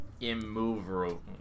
immovable